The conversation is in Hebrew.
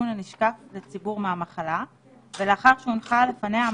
הכל לפי שיקול